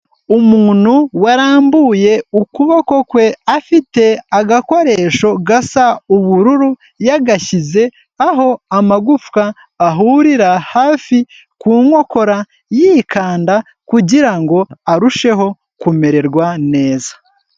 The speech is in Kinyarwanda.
Umuntu warambuye ukuboko kwe, afite agakoresho gasa ubururu, yagashyize aho amagufwa ahurira hafi ku nkokora yikanda, kugirango arusheho kumererwa neza.